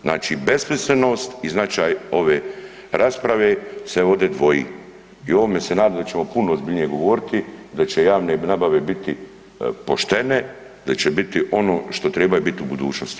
Znači besmislenost i značaj ove rasprave se ovdje dvoji i o ovome se nadam da ćemo puno ozbiljnije govoriti, da će javne nabave biti poštene, da će biti ono što trebaju bit u budućnosti.